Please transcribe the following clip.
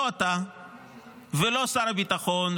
לא אתה ולא שר הביטחון,